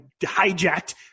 hijacked